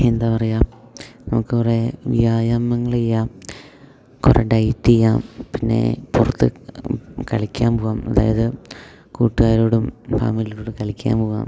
എന്താ പറയുക നമുക്ക് കുറേ വ്യായാമങ്ങൾ ചെയ്യാം കുറേ ഡയറ്റ് ചെയ്യാം പിന്നെ പുറത്ത് കളിക്കാൻ പോവാം അതായത് കൂട്ടുകാരോടും ഫാമിലിയോടും കൂടെ കളിക്കാൻ പോവാം